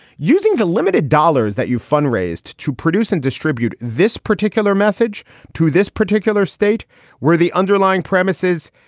using the limited dollars that you've fundraised to produce and distribute this particular message to this particular state where the underlying premises.